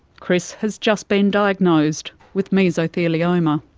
chris has just been diagnosed with mesothelioma.